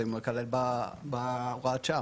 האם הוא ייכלל בהוראת שעה?